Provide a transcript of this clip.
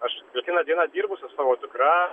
aš kiekvieną dieną dirbu su savo dukra